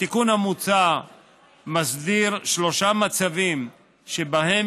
התיקון המוצע מסדיר שלושה מצבים שבהם